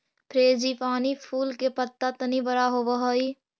frangipani फूल के पत्त्ता तनी बड़ा होवऽ हई